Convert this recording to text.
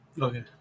Okay